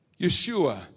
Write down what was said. Yeshua